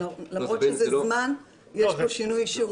שלמרות שזה זמן, יש פה שינוי דרמטי.